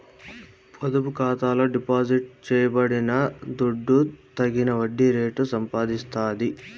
పొదుపు ఖాతాల డిపాజిట్ చేయబడిన దుడ్డు తగిన వడ్డీ రేటు సంపాదిస్తాది